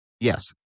Yes